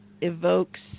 Evokes